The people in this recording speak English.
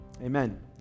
Amen